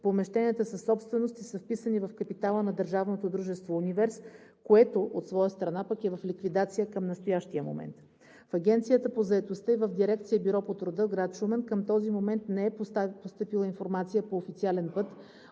Помещенията са собственост и са вписани в капитала на държавното дружество „Универс“, което от своя страна пък, е в ликвидация към настоящия момент. В Агенцията по заетостта и в Дирекция „Бюро по труда“ – град Шумен, към този момент не е постъпила информация по официален път